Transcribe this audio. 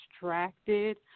distracted